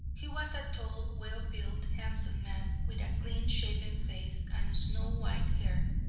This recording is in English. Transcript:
he was a tall, well-built, handsome man, with a clean-shaven face and snow-white hair,